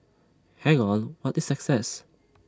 hang on what is success